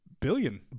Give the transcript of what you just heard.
billion